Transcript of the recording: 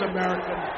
American